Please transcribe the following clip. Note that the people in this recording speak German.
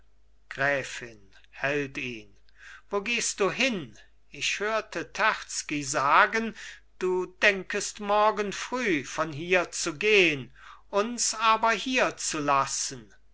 gräfin hält ihn wo gehst du hin ich hörte terzky sagen du denkest morgen früh von hier zu gehn uns aber hierzulassen